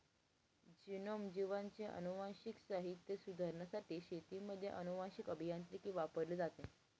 genome, जीवांचे अनुवांशिक साहित्य सुधारण्यासाठी शेतीमध्ये अनुवांशीक अभियांत्रिकी वापरली जाते